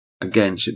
Again